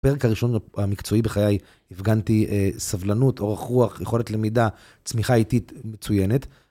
בפרק הראשון המקצועי בחיי הפגנתי סבלנות, אורך רוח, יכולת למידה, צמיחה איטית מצוינת.